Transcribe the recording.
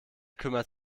kümmert